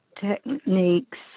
techniques